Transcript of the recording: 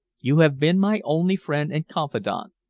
you have been my only friend and confidante,